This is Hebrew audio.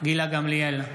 גילה גמליאל,